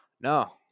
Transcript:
No